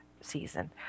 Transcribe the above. season